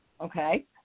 Okay